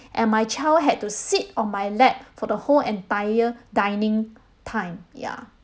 and my child had to sit on my lap for the whole entire dining time ya